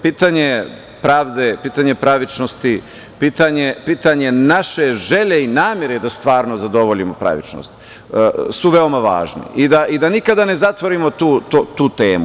Pitanje pravde, pitanje pravičnosti, pitanje naše želje i namere da stvarno zadovoljimo pravičnost su veoma važni i da nikada ne zatvorimo tu temu.